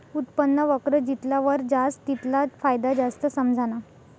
उत्पन्न वक्र जितला वर जास तितला फायदा जास्त समझाना